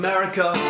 America